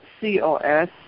COS